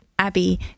Abbey